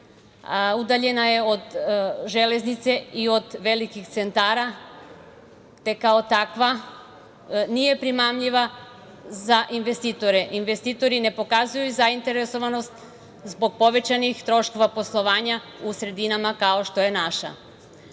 udaljena je od železnice i od velikih centara, te kao takva nije primamljiva za investitore. Investitori ne pokazuju zainteresovanost zbog povećanih troškova poslova u sredinama kao što je naša. Šta